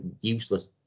useless